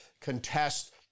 contest